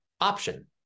option